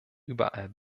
überall